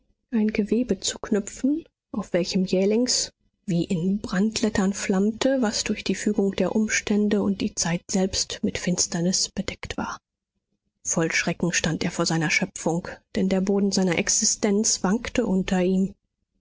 ein gewebe zu knüpfen auf welchem jählings wie in brandlettern flammte was durch die fügung der umstände und die zeit selbst mit finsternis bedeckt war voll schrecken stand er vor seiner schöpfung denn der boden seiner existenz wankte unter ihm